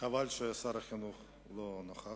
חבל ששר החינוך לא נוכח,